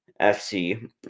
FC